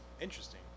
Interesting